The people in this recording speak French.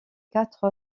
quatre